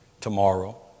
tomorrow